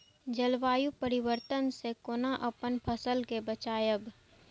जलवायु परिवर्तन से कोना अपन फसल कै बचायब?